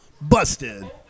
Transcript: Busted